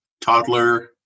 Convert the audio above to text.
toddler